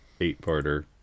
eight-parter